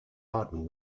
garden